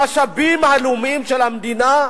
המשאבים הלאומיים של המדינה,